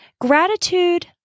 Gratitude